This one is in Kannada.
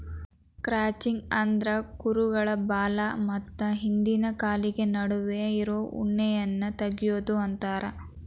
ಕ್ರಚಿಂಗ್ ಅಂದ್ರ ಕುರುಗಳ ಬಾಲ ಮತ್ತ ಹಿಂದಿನ ಕಾಲಿನ ನಡುವೆ ಇರೋ ಉಣ್ಣೆಯನ್ನ ತಗಿಯೋದು ಅಂತಾರ